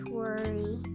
worry